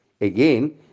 Again